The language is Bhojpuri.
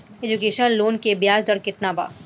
एजुकेशन लोन के ब्याज दर केतना बा?